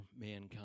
mankind